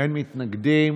אין מתנגדים.